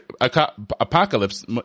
apocalypse